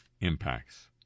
impacts